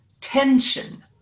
tension